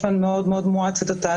אני מזכיר שהצו הזה קשור